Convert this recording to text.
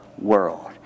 world